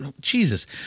Jesus